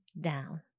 down